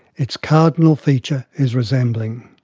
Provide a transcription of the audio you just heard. its cardinal feature is resembling.